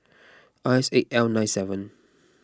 I S eight L nine seven